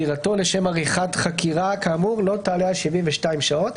לשם עריכת חקירה כאמור לא תעלה על 72 שעות,